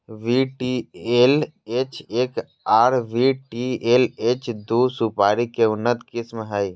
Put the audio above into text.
VTLH एक आर VTLH दू सुपारी के उन्नत किस्म हय